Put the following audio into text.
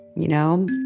you know?